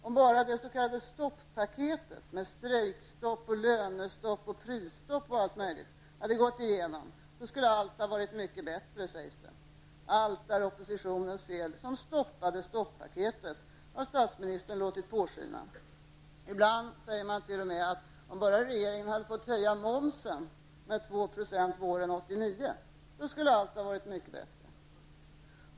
Om bara det s.k. stoppaketet med strejkstopp, lönestopp, prisstopp m.m. hade gått igenom i riksdagen skulle allt ha varit mycket bättre, sägs det. Allt är oppositionens fel som stoppade stoppaketet, har statsministern låtit påskina. Ibland säger man t.o.m. att om regeringen bara hade fått höja momsen med 2 % våren 1989 skulle allt ha varit mycket bättre.